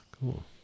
Cool